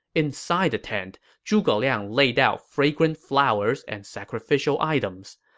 inside the tent, zhuge liang laid out fragrant flowers and sacrificial items.